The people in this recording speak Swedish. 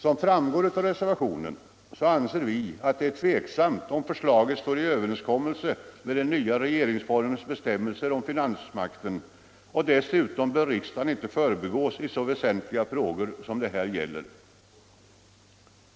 Som framgår av reservationen anser vi det tvivelaktigt om förslagen står i överensstämmelse med den nya regeringsformens bestämmelser om finansmakten. Dessutom bör riksdagen inte förbigås i så väsentliga frågor som det här gäller.